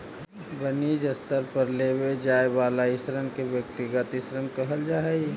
वनिजी स्तर पर लेवे जाए वाला ऋण के व्यक्तिगत ऋण कहल जा हई